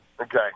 Okay